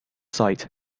sight